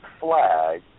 flag